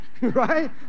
right